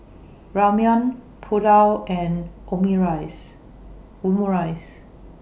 Ramen Pulao and Omurice